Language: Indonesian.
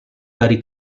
dari